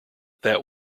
that